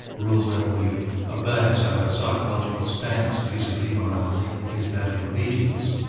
rules that we obey, so our psychological stance, vis-a-vis morality, is that of obedience.